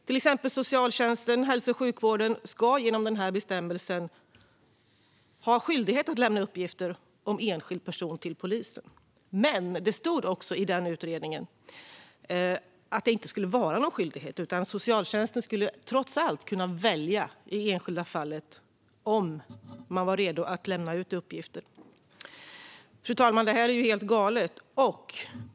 Till exempel skulle socialtjänsten och hälso och sjukvården genom denna bestämmelse ha möjlighet att lämna uppgifter om enskilda personer till polisen. Men i utredningen stod också att det inte skulle vara någon skyldighet utan att socialtjänsten trots allt i enskilda fall skulle kunna välja om man var redo att lämna ut uppgifter. Detta är ju helt galet, fru talman.